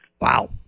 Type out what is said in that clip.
Wow